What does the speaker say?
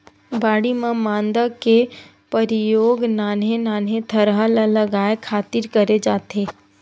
बाड़ी म मांदा के परियोग नान्हे नान्हे थरहा ल लगाय खातिर करे जाथे